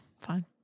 Fine